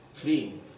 clean